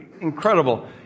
incredible